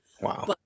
Wow